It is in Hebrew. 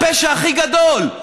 הפשע הכי גדול,